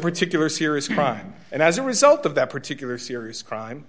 particular serious crime and as a result of that particular serious crime